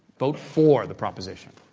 vote for the proposition.